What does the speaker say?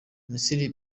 misiri